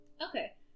Okay